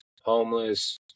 homeless